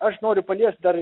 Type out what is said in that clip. aš noriu paliest dar